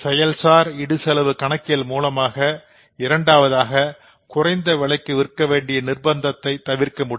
செயல்சார் இடுசெலவு கணக்கியல் மூலமாக இரண்டாவதாக குறைந்த விலைக்கு விற்கவேண்டிய நிர்பந்தம் தவிர்க்க முடியும்